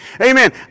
Amen